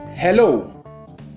Hello